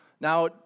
Now